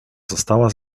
została